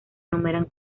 enumeran